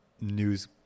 news